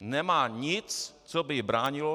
Nemá nic, co by jí bránilo...